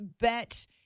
bet